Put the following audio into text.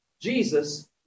Jesus